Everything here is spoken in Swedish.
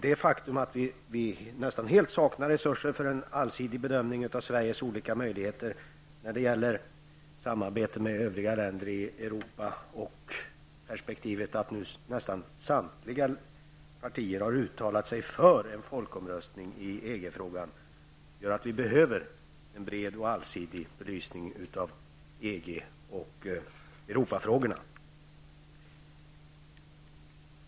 Det faktum att vi nästan helt saknar resurser för en allsidig bedömning av Sveriges möjligheter till samarbete med de övriga europeiska länderna gör att vi behöver en bred belysning av EG och Europafrågorna. Nästan alla partier har ju uttalat sig för en folkomröstning i EG-frågan.